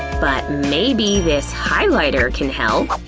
but maybe this highlighter can help,